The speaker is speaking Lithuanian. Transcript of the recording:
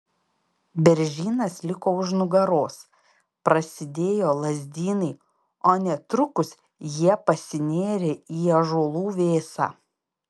beržynas liko už nugaros prasidėjo lazdynai o netrukus jie pasinėrė į ąžuolų vėsą